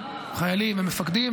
חיילים ומפקדים,